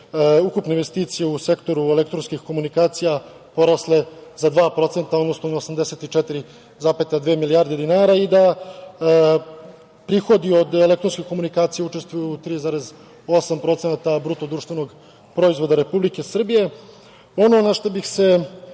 ukupne investicije u sektoru elektronskih komunikacija porasle za dva puta, odnosno na 84,2 milijarde dinara i da prihodi od elektronskih komunikacija učestvuju 3,8% BDP-a Republike Srbije. Ono na šta bih se